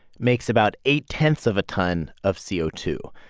makes about eight-tenths of a ton of c o two.